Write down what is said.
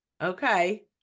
Okay